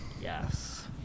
Yes